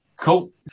Cool